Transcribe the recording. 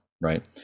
right